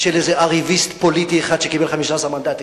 של איזה "ערביסט" פוליטי אחד שקיבל 15 מנדטים,